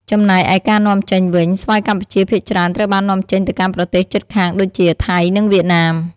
ចំណែកឯការនាំចេញវិញ ស្វាយកម្ពុជាភាគច្រើនត្រូវបាននាំចេញទៅកាន់ប្រទេសជិតខាងដូចជា ថៃ និងវៀតណាម។